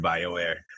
Bioware